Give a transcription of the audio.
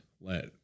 let